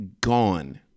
gone